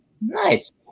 Nice